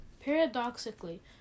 Paradoxically